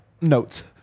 notes